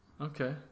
okay